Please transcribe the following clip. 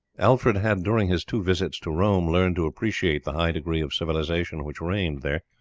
alfred had, during his two visits to rome, learned to appreciate the high degree of civilization which reigned there,